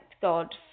God